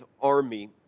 Army